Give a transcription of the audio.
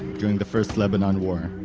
during the first lebanon war.